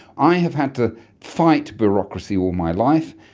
i have had to fight bureaucracy all my life,